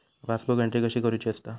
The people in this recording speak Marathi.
पासबुक एंट्री कशी करुची असता?